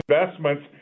investments